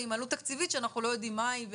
ועם עלות תקציבית שאנחנו לא יודעים מה היא,